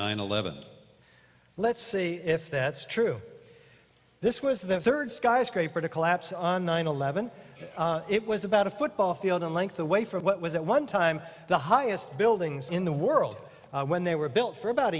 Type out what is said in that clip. nine eleven let's see if that's true this was the third skyscraper to collapse on nine eleven it was about a football field in length away from what was at one time the highest buildings in the world when they were built for about